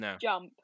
jump